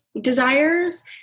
desires